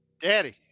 daddy